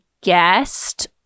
guest